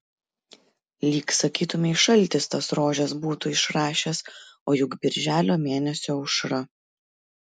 lyg sakytumei šaltis tas rožes būtų išrašęs o juk birželio mėnesio aušra